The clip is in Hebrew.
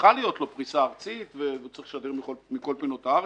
וצריכה להיות גם פריסה ארצית והוא צריך לשדר מכל פינות הארץ.